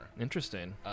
Interesting